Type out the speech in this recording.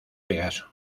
pegaso